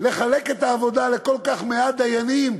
לחלק את העבודה לכל כך מעט דיינים,